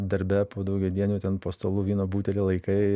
darbe po daugiadienių ten po stalu vyno butelį laikai